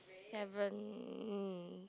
seven